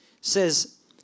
says